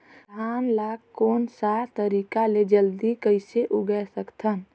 धान ला कोन सा तरीका ले जल्दी कइसे उगाय सकथन?